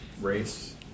race